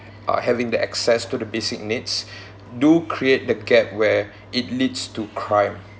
uh having the access to the basic needs do create the gap where it leads to crime